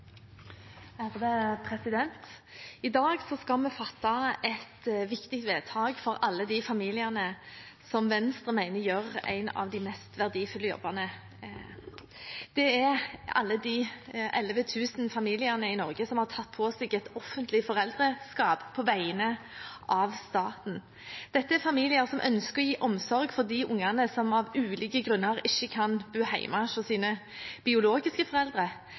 I dag skal vi fatte et viktig vedtak for alle de familiene som Venstre mener gjør en av de mest verdifulle jobbene, alle de 11 000 familiene i Norge som har tatt på seg et offentlig foreldreskap på vegne av staten. Dette er familier som ønsker å gi omsorg til de ungene som av ulike grunner ikke kan bo hjemme hos sine biologiske foreldre.